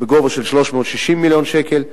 בגובה של 360 מיליון שקל.